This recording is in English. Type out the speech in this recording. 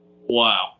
Wow